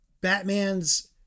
Batman's